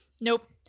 Nope